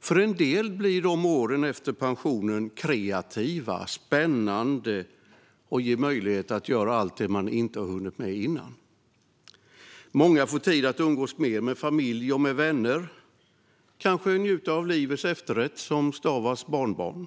För en del blir åren efter pensionen kreativa och spännande och ger möjlighet att göra allt det man inte hunnit med innan. Många får tid att umgås mer med familj och vänner och kanske njuta av livets efterrätt som stavas barnbarn.